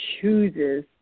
chooses